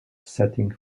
setting